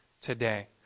today